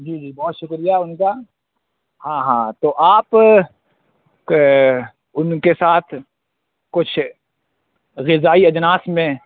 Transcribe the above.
جی جی بہت شُکریہ اُن کا ہاں ہاں تو آپ اُن کے ساتھ کچھ غذائی اجناس میں